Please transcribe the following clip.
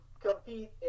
compete